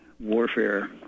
warfare